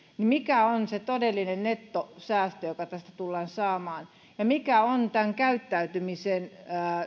mikä on se todellinen nettosäästö joka tästä tullaan saamaan ja mikä on tämän käyttäytymisen